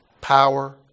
Power